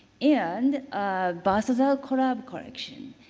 and ah balthazar korab collection,